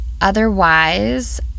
otherwise